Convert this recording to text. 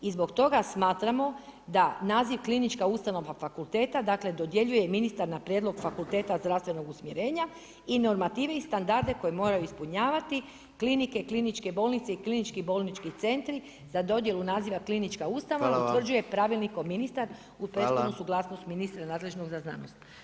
I zbog toga smatramo da naziv klinička ustanova fakulteta dakle dodjeljuje ministar na prijedlog Fakulteta zdravstvenog usmjerenja i normative i standarde koje moraju ispunjavati klinike, kliničke bolnice i klinički bolnički centri za dodjelu naziva klinička ustanova, utvrđuje pravilnikom ministar uz prethodnu suglasnost ministra nadležnog za znanost.